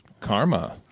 karma